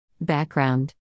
Background